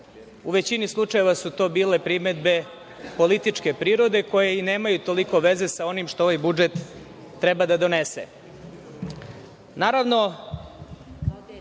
U većini slučajeva su to bile primedbe političke prirode koje i nemaju toliko veze sa onim što ovaj budžet treba da